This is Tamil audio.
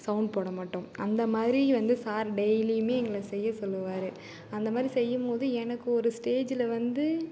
சவுண்ட் போட மாட்டோம் அந்தமாதிரி வந்து சார் டெய்லியுமே எங்களை செய்ய சொல்லுவாரு அந்தமாதிரி செய்யும் போது எனக்கு ஒரு ஸ்டேஜுயில் வந்து